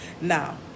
Now